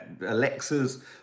alexas